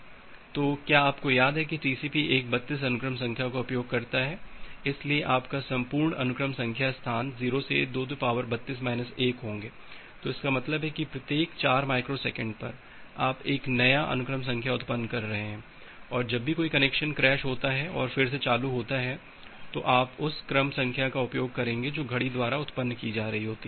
तो क्या आपको याद है कि टीसीपी एक 32 अनुक्रम संख्या का उपयोग करता है इसलिए आपका संपूर्ण अनुक्रम संख्या स्थान 0 से 232 1 होंगे तो इसका मतलब है कि प्रत्येक 4 माइक्रोसेकंड पर आप एक नया अनुक्रम संख्या उत्पन्न कर रहे हैं और जब भी कोई कनेक्शन क्रैश होता है और फिर से चालू होता है तो आप उस क्रम संख्या का उपयोग करेंगे जो घड़ी द्वारा उत्पन्न की जा रही होती है